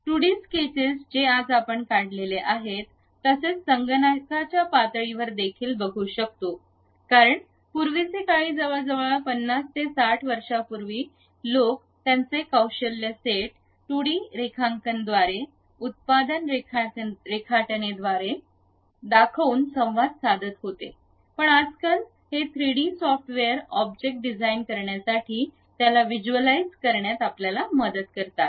2 D sketches जे आज आपण काढलेले आहेत तसेच संगणकाच्या पातळीवर देखील बघू शकतो कारण पूर्वीचे काळी जवळजवळ 50 60 वर्षांपूर्वीचे लोक त्यांचे कौशल्य सेट 2 डी रेखांकन द्वारे उत्पादन रेखाटणे द्वारे दाखवून संवाद साधत होते पण आजकाल हे थ्रीडी सॉफ्टवेअर ऑब्जेक्ट डिझाइन करण्यासाठी त्याला व्हिज्युअलाइज करण्यात आम्हाला मदत करतात